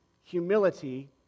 humility